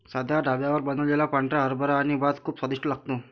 साध्या ढाब्यावर बनवलेला पांढरा हरभरा आणि भात खूप स्वादिष्ट लागतो